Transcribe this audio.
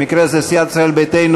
במקרה הזה סיעת ישראל ביתנו,